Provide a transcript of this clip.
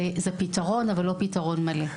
זה פתרון, אבל לא פתרון מלא.